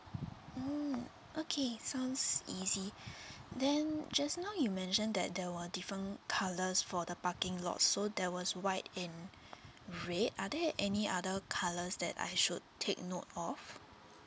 mm okay sounds easy then just now you mentioned that there were different colours for the parking lots so there was white and red are there any other colours that I should take note of